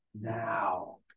now